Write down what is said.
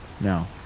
No